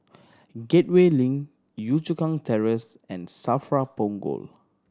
Gateway Link Yio Chu Kang Terrace and SAFRA Punggol